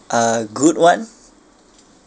uh good one